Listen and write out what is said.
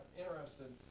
interested